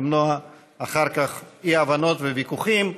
למנוע אחר כך אי-הבנות וויכוחים.